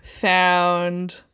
found